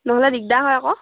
নহ'লে দিগদাৰ হয় আকৌ